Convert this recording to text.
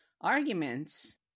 arguments